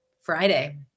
Friday